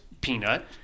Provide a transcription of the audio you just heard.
peanut